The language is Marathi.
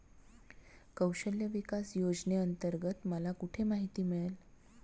कौशल्य विकास योजनेअंतर्गत मला कुठे माहिती मिळेल?